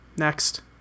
Next